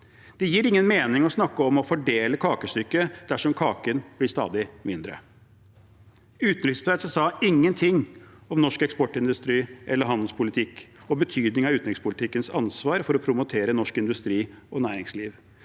Det gir ingen mening å snakke om å fordele kakestykket dersom kaken blir stadig mindre. Utenriksministeren sa ingenting om norsk eksportindustri eller handelspolitikk og betydningen av utenrikspolitikkens ansvar for å promotere norsk industri og næringsliv.